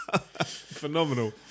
phenomenal